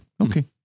Okay